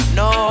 no